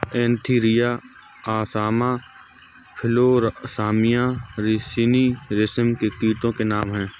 Antheraea assama Philosamia ricini रेशम के कीटो के नाम हैं